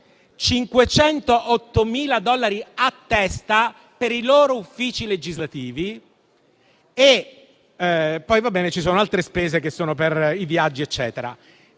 508.000 dollari a testa per i loro uffici legislativi, mentre ci sono altre spese che sono per i viaggi, eccetera.